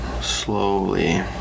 Slowly